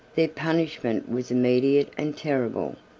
their punishment was immediate and terrible.